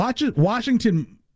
Washington